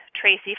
Tracy